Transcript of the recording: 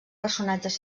personatges